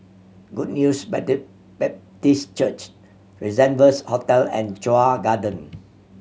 Good News Baptist Church Rendezvous Hotel and Chuan Garden